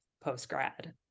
post-grad